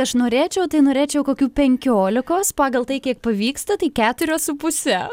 aš norėčiau tai norėčiau kokių penkiolikos pagal tai kiek pavyksta tai keturios su puse